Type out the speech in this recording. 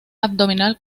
abdominal